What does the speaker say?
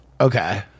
Okay